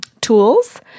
tools